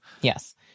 Yes